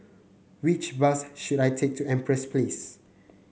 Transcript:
which bus should I take to Empress Place